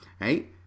right